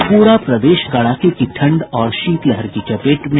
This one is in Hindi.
और पूरा प्रदेश कड़ाके की ठंड और शीतलहर की चपेट में